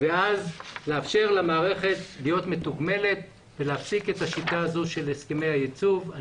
ולאפשר לה להיות מתוגמלת ולהפסיק את השיטה הזאת של הסכמי הייצוב.